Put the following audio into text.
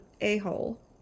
a-hole